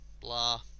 blah